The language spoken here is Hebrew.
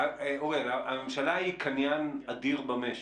אוריאל, הממשלה היא קניין אדיר במשק.